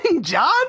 John